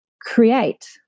create